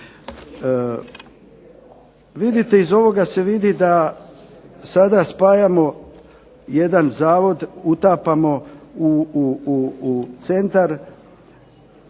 Vidite iz ovoga se vidi da sada spajamo jedan Zavod, utapamo u centar,